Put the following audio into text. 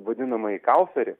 vadinamąjį kauferį